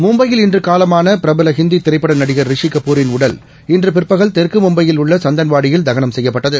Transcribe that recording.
மும்பையில் இன்றுகாலமானபிரபலஹிந்திதிரைப்படநடிகா் ரிஷிகபூரின் உடல் இன்றபிற்பகல் தெற்குமும்பையில் உள்ளசந்தன்வாடியில் தகனம் செய்யப்பட்டது